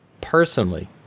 Personally